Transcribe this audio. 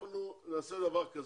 אנחנו נעשה דבר כזה,